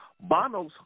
Bono's